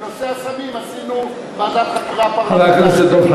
בנושא הסמים עשינו ועדת חקירה פרלמנטרית.